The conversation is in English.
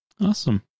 Awesome